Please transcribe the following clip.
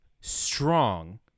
strong